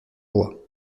roi